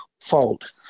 fault